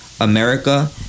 America